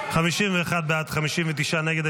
51 בעד, 59 נגד.